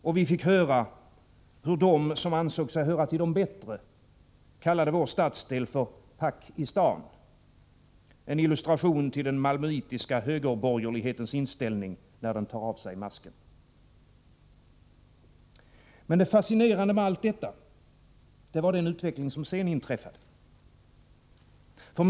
Och vi fick höra hur de som ansåg sig höra till de bättre kallade vår stadsdel för ”Pakistan” — en illustration till den malmöitiska högerborgerlighetens inställning, när den tar av sig masken. Men det fascinerande med allt detta var den utveckling som sedan ägde rum.